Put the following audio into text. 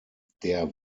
der